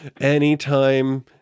anytime –